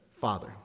Father